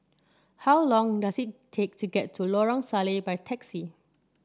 how long does it take to get to Lorong Salleh by taxi